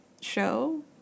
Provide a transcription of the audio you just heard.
show